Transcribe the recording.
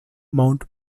mount